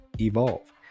evolve